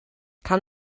kann